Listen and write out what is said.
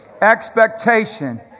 expectation